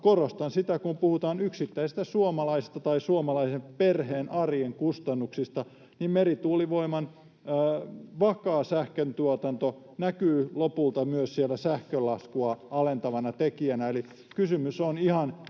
korostan sitä, että kun puhutaan yksittäisistä suomalaisista tai suomalaisen perheen arjen kustannuksista, niin merituulivoiman vakaa sähköntuotanto näkyy lopulta myös siellä sähkölaskua alentavana tekijänä.